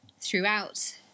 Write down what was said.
throughout